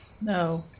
no